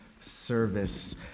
service